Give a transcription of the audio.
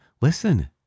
listen